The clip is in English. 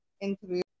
interview